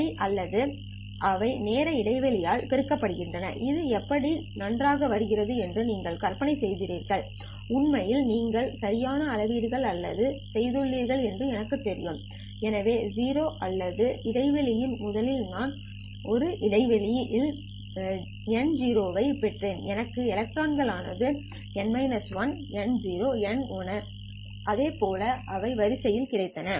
சரி அவை நேர இடைவேளையால் பெருக்கப்படுகின்றன இது எப்படி நன்றாக வருகிறது என்று நீங்கள் கற்பனை செய்கிறீர்கள் உண்மையில் நீங்கள் சரியான அளவீடுகள் தான் செய்துள்ளீர்கள் என்று எனக்குத் தெரியும் எனவே 0 வது இடைவெளியில் முதலில் நான் 1 இடைவேளையில் n0 ஐப் பெற்றேன் எனக்கு எலக்ட்ரான்ஸ் ஆனது N 1 N0 N1 என்ற அதை போல் உள்ள வரிசையில் கிடைத்தது